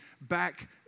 back